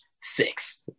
six